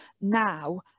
now